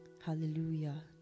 hallelujah